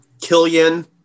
Killian